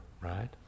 right